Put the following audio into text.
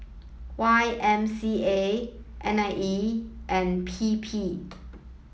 Y M C A N I E and P P